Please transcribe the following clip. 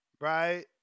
right